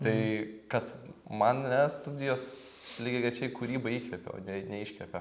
tai kad mane studijos lygiagrečiai kūrybai įkvepia o ne neiškvepia